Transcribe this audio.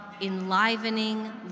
enlivening